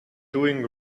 doing